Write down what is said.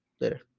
Later